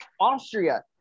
Austria